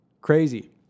Crazy